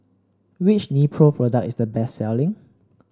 which Nepro product is the best selling